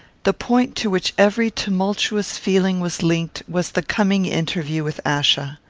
the point to which every tumultuous feeling was linked was the coming interview with achsa.